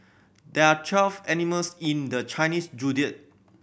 there are twelve animals in the Chinese Zodiac